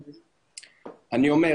אני אומר,